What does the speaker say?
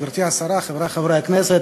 תודה, גברתי השרה, חברי חברי הכנסת,